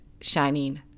shining